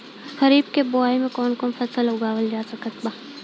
खरीब के बोआई मे कौन कौन फसल उगावाल जा सकत बा?